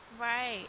Right